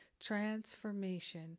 transformation